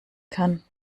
kann